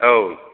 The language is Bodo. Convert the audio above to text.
औ